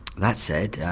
that said,